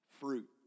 fruit